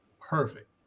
Perfect